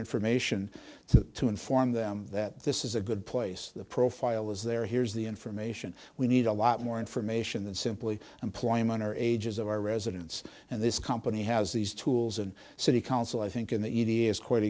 information to inform them that this is a good place the profile is there here's the information we need a lot more information than simply employment or ages of our residents and this company has these tools and city council i think in the e d s quite